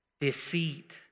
deceit